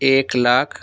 ایک لاکھ